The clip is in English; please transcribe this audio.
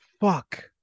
fuck